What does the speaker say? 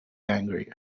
angry